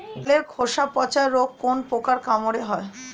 ফলের খোসা পচা রোগ কোন পোকার কামড়ে হয়?